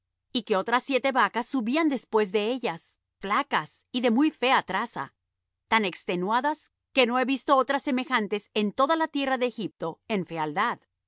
y que otras siete vacas subían después de ellas flacas y de muy fea traza tan extenuadas que no he visto otras semejantes en toda la tierra de egipto en fealdad